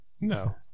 no